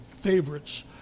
favorites